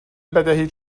بدهید